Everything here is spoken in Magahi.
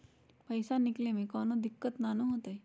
पईसा निकले में कउनो दिक़्क़त नानू न होताई?